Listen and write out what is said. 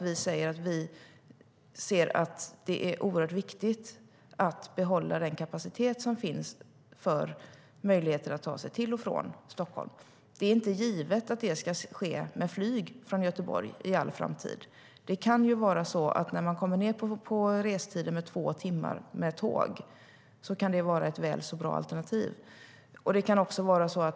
Vi anser att det är oerhört viktigt att behålla den kapacitet som finns för att ta sig till och från Stockholm.Det är dock inte givet att det ska ske med flyg från Göteborg i all framtid. När man kommer ned på restider på två timmar med tåg kan det vara ett väl så bra alternativ.